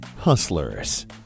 Hustlers